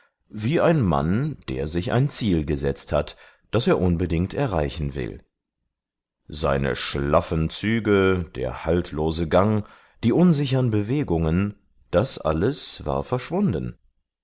wie ein mann der sich sein ziel gesetzt hat das er unbedingt erreichen will seine schlaffen züge der haltlose gang die unsichern bewegungen das alles war verschwunden